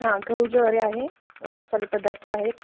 हां गहू ज्वारी आहे मसाले पदार्थ आहेत